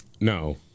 No